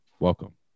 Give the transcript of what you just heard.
welcome